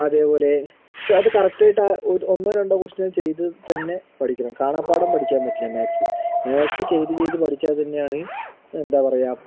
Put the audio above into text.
അതേപോലെ പക്ഷെ അത് കറക്റ്റായിട്ട് ഒന്നോ രണ്ടോ കൊസ്റ്റിയൻ ചെയ്ത് തന്നെ പഠിക്കണം കാണാപാഠം പഠിക്കാൻ പറ്റില്ല മാക്സ് മാക്സ് ചെയ്ത് ചെയ്ത് പഠിച്ചാൽ തന്നെയാണ് എന്താ പറയുക